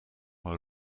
een